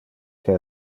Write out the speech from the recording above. que